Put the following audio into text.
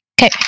Okay